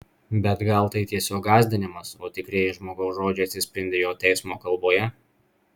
bet gal tai tiesiog gąsdinimas o tikrieji žmogaus žodžiai atsispindi jo teismo kalboje